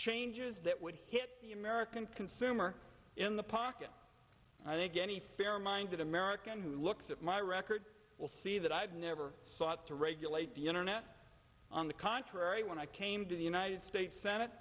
changes that would hit the american consumer in the pocket i think any fair minded american who looks at my record will see that i've never sought to regulate the internet on the contrary when i came to the united states